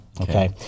Okay